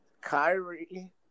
Kyrie